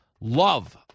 love